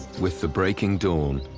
with the breaking dawn,